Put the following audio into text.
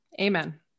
Amen